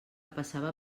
passava